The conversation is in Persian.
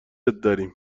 داریم